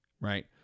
right